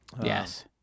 Yes